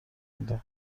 میده